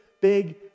big